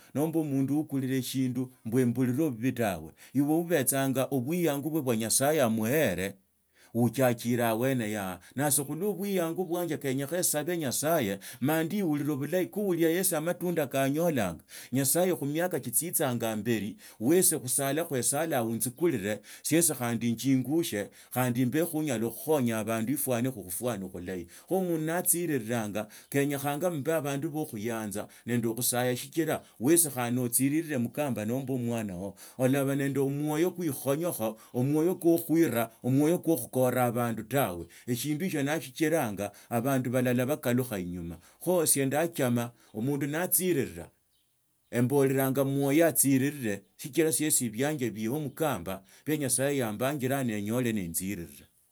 Nomba omundu ukurita eshindu emburura bobi tawe ibwo bubetsanga abweyango bwo nyasaye amshe uchakira abwene yaha, nasi khulwa bwayangu bwanje kanyekha sane nyasaye mandihurila bulahi kuulia yasi amatunda kaanyolanga nyasaye khumala tsitsitsanga ambeli wisi khusale khwa tsalanga untsikurura shiosi khandi inunguse khandi mbe oonyala khukhonya abandu liwanukho okhufwana khulahi kho mundu natsiriranga kenyekhanga mbe abandu bwo khuyanza nende khusaya shikira wasi khandi nootsirira mukamba nomba no omwana wo. Olaba nende omwoyo kwo ikhonyokho, omwoyo kwo khuira, omwoyo kwo khukooraa abandu tawe. Eshindu hishyo nashichiranga abandu balala nibakalukha inyuma. Kho si ndaachama amundu naa tsirira, emboranga mwoyo atsiriree sichira siesi ebianje biloho omukamba bia nyasaye yambangilaa ninyole nenziriraa.